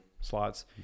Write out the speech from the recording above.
slots